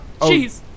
jeez